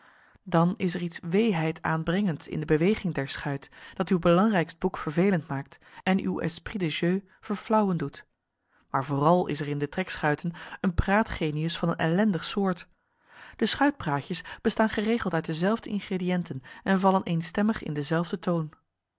dan is er iets weeheidaanbrengends in de beweging der schuit dat uw belangrijkst boek vervelend maakt en uw esprit de jeu verflauwen doet maar vooral is er in de trekschuiten een praatgenius van een ellendig soort de schuitpraatjes bestaan geregeld uit dezelfde ingrediënten en vallen eenstemmig in denzelfden toon